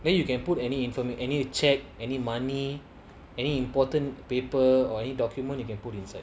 then you can put any information any check any money any important paper or any document you can put inside